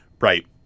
Right